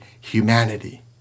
humanity